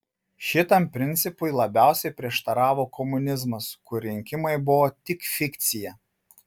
šitam principui labiausiai prieštaravo komunizmas kur rinkimai buvo tik fikcija